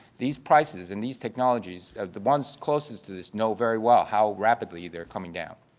these prices and these technologies of the ones closest to this know very well how rapidly they're coming down,